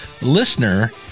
LISTENER